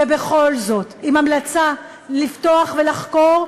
עם המלצה לפתוח ולחקור,